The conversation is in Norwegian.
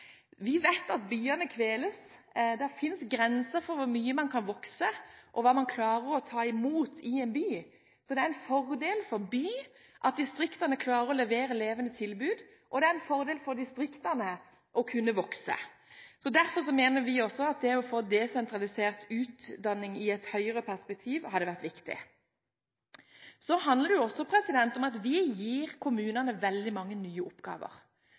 hva en by klarer å ta imot. Det er en fordel for en by at distriktene klarer å levere levende tilbud, og det er en fordel for distriktene å kunne vokse. Derfor mener vi at det å få desentralisert utdanning – i et høyere perspektiv – vil være viktig. Vi gir kommunene veldig mange nye oppgaver. Vi har vedtatt – og gjennomført – en ny samhandlingsreform som krever høy kompetanse av kommunalt ansatte. Det